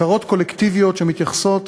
הכרות קולקטיביות שמתייחסות